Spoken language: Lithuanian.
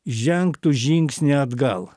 žengtų žingsnį atgal